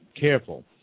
careful